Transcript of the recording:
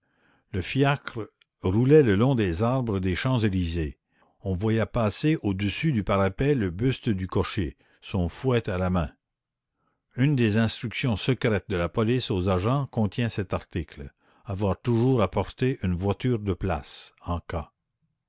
le fiacre roulait le long des arbres des champs-élysées on voyait passer au-dessus du parapet le buste du cocher son fouet à la main une des instructions secrètes de la police aux agents contient cet article avoir toujours à portée une voiture de place en cas